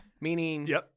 Meaning